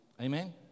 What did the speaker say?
Amen